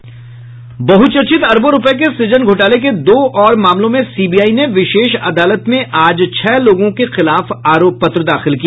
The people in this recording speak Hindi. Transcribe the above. बहचर्चित अरबों रुपये के सुजन घोटाले के दो और मामलों में सीबीआई ने विशेष अदालत में आज छह लोगों के खिलाफ आरोप पत्र दाखिल किया